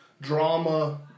drama